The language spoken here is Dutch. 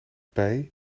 bij